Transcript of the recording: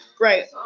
Right